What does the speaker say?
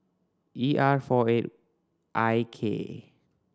E R four eight I K